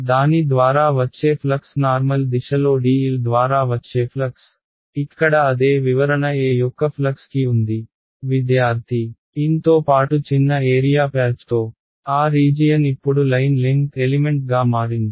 దాని ద్వారా వచ్చే ఫ్లక్స్ నార్మల్ దిశలో dl ద్వారా వచ్చే ఫ్లక్స్ ఇక్కడ అదే వివరణ A యొక్క ఫ్లక్స్ కి ఉంది n తో పాటు చిన్న ఏరియా ప్యాచ్ తో ఆ రీజియన్ ఇప్పుడు లైన్ లెంగ్త్ ఎలిమెంట్గా మారింది